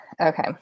Okay